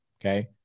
Okay